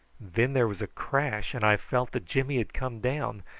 then there was a crash, and i felt that jimmy had come down,